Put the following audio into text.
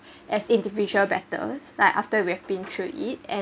as individuals better like after we have been through it and